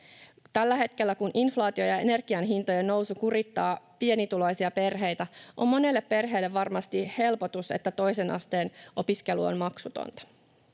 Tällä hetkellä kun inflaatio ja energian hintojen nousu kurittavat pienituloisia perheitä, on monelle perheelle varmasti helpotus, että toisen asteen opiskelu on maksutonta.